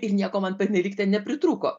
ir nieko man pernelyg ten nepritrūko